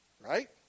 Right